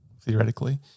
theoretically